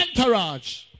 Entourage